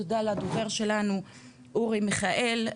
תודה לדובר שלנו אורי מיכאל,